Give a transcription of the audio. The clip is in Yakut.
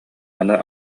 аны